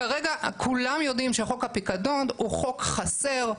כרגע כולם יודעים שחוק הפיקדון הוא חוק חסר.